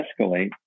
escalate